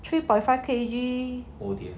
three point five K_G